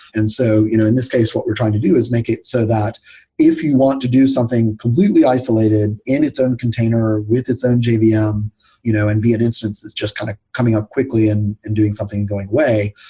and so you know in this case what we're trying to do is make it so that if you want to do something completely isolated in its own container with its own jvm um you know and be an instance that's just kind of coming up quickly and and doing something going way,